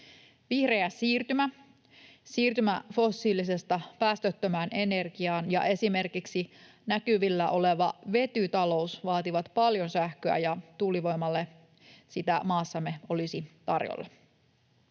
Vihreä siirtymä — siirtymä fossiilisesta päästöttömään energiaan — ja esimerkiksi näkyvillä oleva vetytalous vaativat paljon sähköä, ja tuulivoimalla sitä maassamme olisi tarjolla.